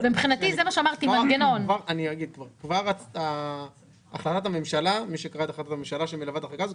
מי שקרא את החלטת הממשלה שמלווה את ההחלטה הזאת,